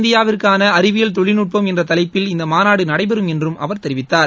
இந்தியாவிற்கானஅறிவியல் தொழில்நுட்பம் எதிர்கால என்றதலைப்பில் இந்தமாநாடுநடைபெறும் என்றும் அவர் தெரிவித்தார்